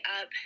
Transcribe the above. up